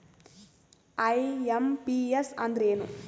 IMPS ಅಂದ್ರ ಏನು?